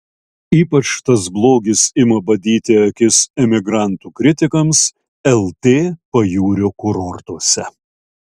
ypač tas blogis ima badyti akis emigrantų kritikams lt pajūrio kurortuose